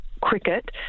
cricket